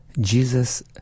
Jesus